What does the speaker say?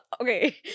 okay